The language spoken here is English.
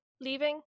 leaving